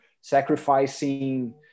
sacrificing